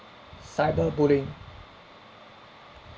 cyberbullying